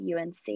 UNC